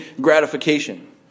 gratification